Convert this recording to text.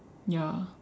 ya